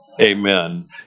Amen